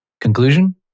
conclusion